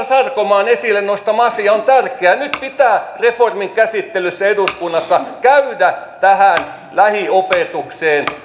sarkomaan esille nostama asia on tärkeä nyt pitää reformin käsittelyssä eduskunnassa käydä tähän lähiopetukseen